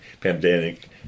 pandemic